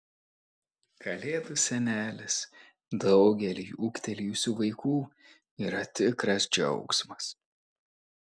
kalėdų senelis daugeliui ūgtelėjusių vaikų yra tikras džiaugsmas